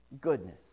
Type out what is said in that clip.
goodness